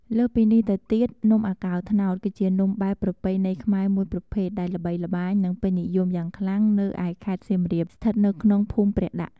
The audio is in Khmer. លើសពីនេះទៅទៀត នំអាកោត្នោតគឺជានំបែបប្រពៃណីខ្មែរមួយប្រភេទដែលល្បីល្បាញ និងពេញនិយមយ៉ាងខ្លាំងនៅឯខេត្តសៀមរាប ស្ថិតនៅក្នុងភូមិព្រះដាក់។